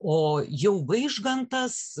o jau vaižgantas